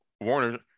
Warner